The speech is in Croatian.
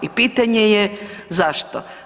I pitanje je zašto?